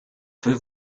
peut